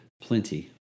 plenty